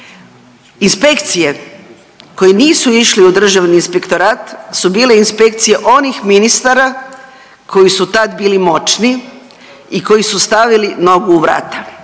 Inspekcije koje nisu išle u Državni inspektorat su bile inspekcije onih ministara koji su tad bili moćni i koji su stavili nogu u vrata.